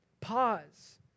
Pause